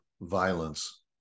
violence